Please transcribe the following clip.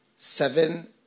Seven